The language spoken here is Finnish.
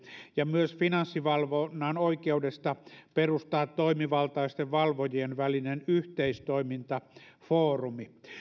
ja myös finanssivalvonnan oikeudesta perustaa toimivaltaisten valvojien välinen yhteistoimintafoorumi